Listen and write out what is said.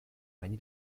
many